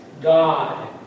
God